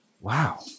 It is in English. Wow